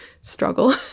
struggle